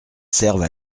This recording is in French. serve